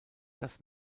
das